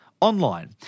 online